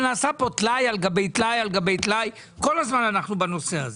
זה נעשה פה טלאי על גבי טלאי; אנחנו כל הזמן עוסקים בנושא הזה.